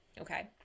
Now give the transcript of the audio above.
Okay